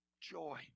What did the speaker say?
Joy